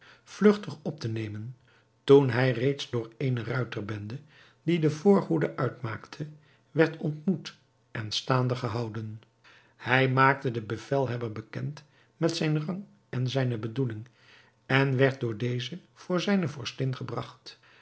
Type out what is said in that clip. vlugtig op te nemen toen hij reeds door eene ruiterbende die de voorhoede uitmaakte werd ontmoet en staande gehouden hij maakte den bevelhebber bekend met zijn rang en zijne bedoeling en werd door dezen voor zijne vorstin gebragt